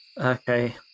Okay